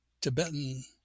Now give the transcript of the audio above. tibetan